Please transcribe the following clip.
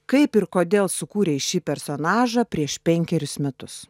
kaip ir kodėl sukūrei šį personažą prieš penkerius metus